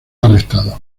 arrestados